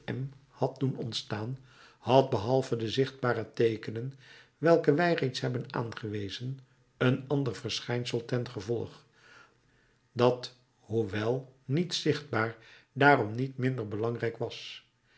m had doen ontstaan had behalve de zichtbare teekenen welke wij reeds hebben aangewezen een ander verschijnsel ten gevolge dat hoewel niet zichtbaar daarom niet minder belangrijk was